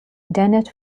dennett